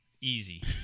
Easy